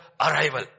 arrival